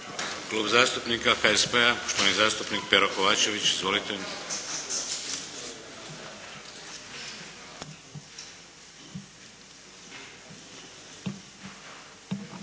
Klub zastupnika IDS-a poštovani zastupnik Damir Kajin. Izvolite.